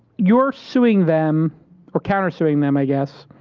you are suing them or counter-suing them, i guess,